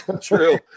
True